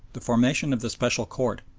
the formation of the special court,